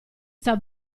sta